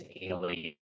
alien